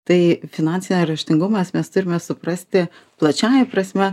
tai finansė raštingumas mes turime suprasti plačiąja prasme